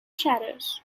shadows